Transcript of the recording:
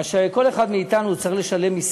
ממה שכל אחד מאתנו צריך לשלם,